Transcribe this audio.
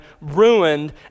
ruined